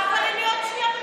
אבל אני עוד שנייה,